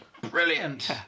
Brilliant